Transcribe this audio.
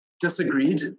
disagreed